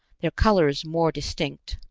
their colors more distinct.